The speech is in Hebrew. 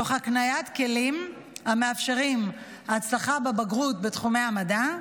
תוך הקניית כלים המאפשרים הצלחה בבגרות בתחומי המדע,